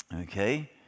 Okay